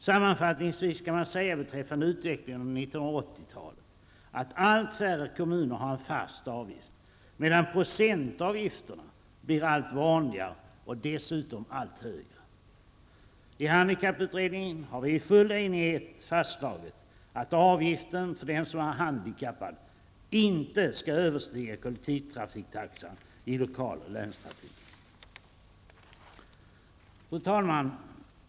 Sammanfattningsvis kan man beträffande utvecklingen under 1980-talet säga att allt färre kommuner har en fast avgift medan procentavgifterna blir allt vanligare och dessutom allt högre. I handikapputredningen har vi i full enighet fastslagit att avgiften för den som är handikappad inte skall överstiga kollektivtrafiktaxan i lokal och länstrafik. Fru talman!